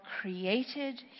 created